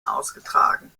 ausgetragen